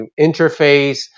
interface